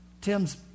Tim's